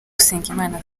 usengimana